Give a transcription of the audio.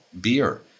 beer